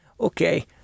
Okay